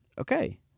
Okay